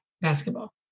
basketball